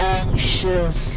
anxious